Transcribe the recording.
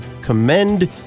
commend